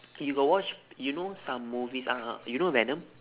you got watch you know some movies uh you know venom